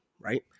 right